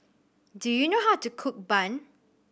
do you know how to cook bun